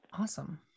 Awesome